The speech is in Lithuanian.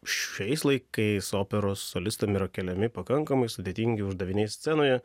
šiais laikais operos solistam yra keliami pakankamai sudėtingi uždaviniai scenoje